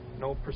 no